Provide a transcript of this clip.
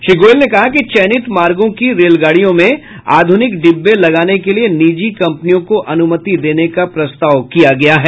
श्री गोयल ने कहा कि चयनित मार्गो की रेलगाडियों में आधुनिक डिब्बे लगाने के लिए निजी कम्पनियों को अनुमति देने का प्रस्ताव किया गया है